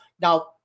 Now